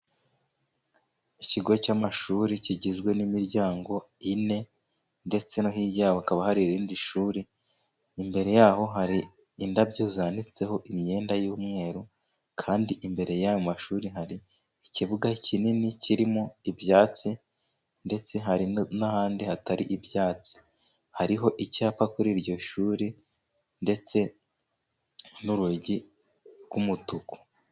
Ikigo cy'amashuri kigizwe n'imiryango ine ndetse no hirya hakaba hari irindi shuri, imbere yaho hari indabyo zanitseho imyenda y'umweru, kandi imbere y'ayo mashuri hari ikibuga kinini kirimo ibyatsi ndetse hari n'ahandi hatari ibyatsi, hariho icyapa kuri iryo shuri ndetse n'urugi rw'umutuku.